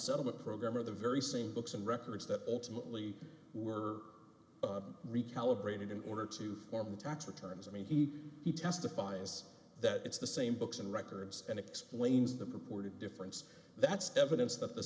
settlement program are the very same books and records that ultimately were recalibrating in order to form tax returns i mean he he testifies that it's the same books and records and explains the purported difference that's evidence that the